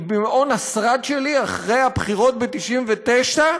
ממעון השרד שלי אחרי הבחירות ב-1999,